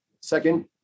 second